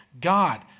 God